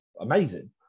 amazing